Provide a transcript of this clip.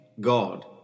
God